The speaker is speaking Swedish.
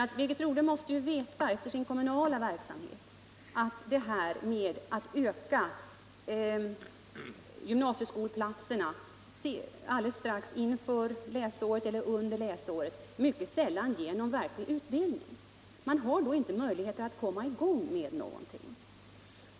Men Birgit Rodhe måste ju efter sin kommunala verksamhet veta att ökar man antalet gymnasieskoleplatser strax inför läsårets början eller under läsåret, ger det mycket sällan någon verklig utdelning. Man har då inte möjlighet att komma i gång med utbildning.